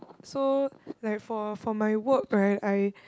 so like for for my work right I